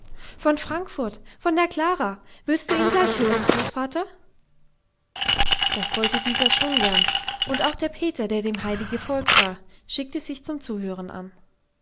von frankfurt von der klara willst du ihn gleich hören großvater das wollte dieser schon gern und auch der peter der dem heidi gefolgt war schickte sich zum zuhören an